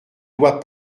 doit